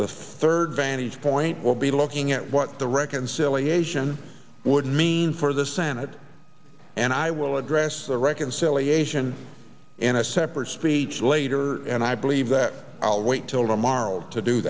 the third vantage point will be looking at what the reconciliation would mean for the senate and i will address the reconciliation in a separate speech later and i believe that i'll wait till tomorrow to do